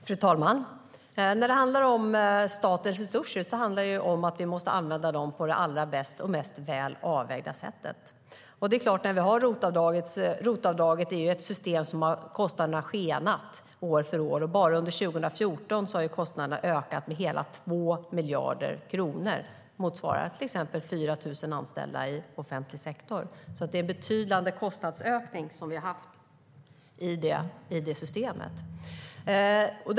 Fru talman! När det handlar om statens resurser handlar det om att vi måste använda dem på allra bästa och mest välavvägda sätt. I systemet med ROT-avdrag har kostnaderna skenat år för år. Bara under 2014 har kostnaderna ökat med hela 2 miljarder kronor. Det motsvarar till exempel 4 000 anställda i offentlig sektor. Det är en betydande kostnadsökning som vi har haft i det systemet.